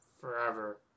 forever